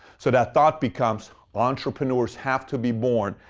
so that thought becomes entrepreneurs have to be born,